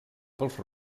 pels